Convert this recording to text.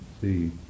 see